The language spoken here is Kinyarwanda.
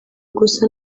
gusa